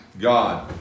God